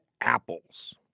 apples